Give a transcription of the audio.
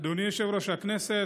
אדוני יושב-ראש הכנסת,